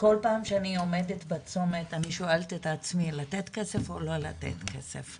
כל פעם שאני עומדת בצומת אני שואלת את עצמי: לתת כסף או לא לתת כסף?